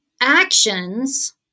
actions